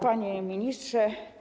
Panie Ministrze!